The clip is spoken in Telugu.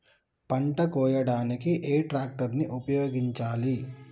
పంట కోయడానికి ఏ ట్రాక్టర్ ని ఉపయోగించాలి?